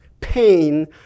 pain